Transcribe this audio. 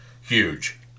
huge